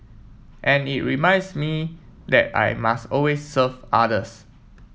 and it reminds me that I must always serve others